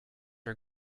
are